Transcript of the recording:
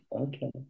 okay